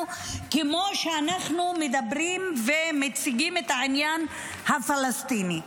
כמו שאנחנו מדברים ומציגים את העניין הפלסטיני.